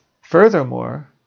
furthermore